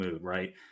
right